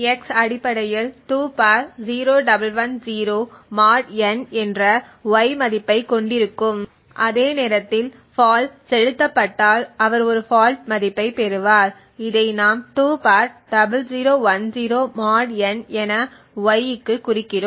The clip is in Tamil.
x அடிப்படையில் 2 0110 mod n என்ற y மதிப்பை கொண்டிருக்கும் அதே நேரத்தில் ஃபால்ட் செலுத்தப்பட்டால் அவர் ஒரு ஃபால்ட் மதிப்பைப் பெறுவார் இதை நாம் 20010mod n என y க்கு குறிக்கிறோம்